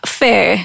fair